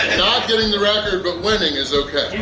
not getting the record but winning is okay.